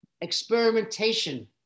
experimentation